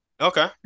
Okay